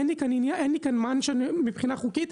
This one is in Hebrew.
אין לי כאן מה לעשות מבחינה חוקית.